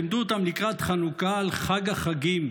לימדו אותם לקראת חנוכה על חג החגים,